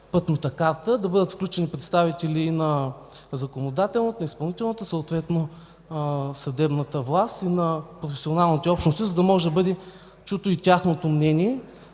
пътната карта, да бъдат включени представители на законодателната, изпълнителната и съответно на съдебната власт, на професионалните общности, за да може да бъде чуто и тяхното мнение.